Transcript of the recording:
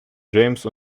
james